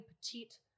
petite